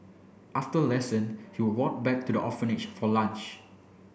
after lesson he would walk back to the orphanage for lunch